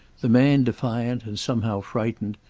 the man defiant and somehow frightened,